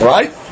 Right